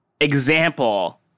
example